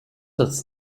does